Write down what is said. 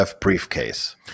briefcase